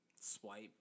swipe